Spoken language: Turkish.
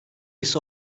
ise